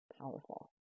powerful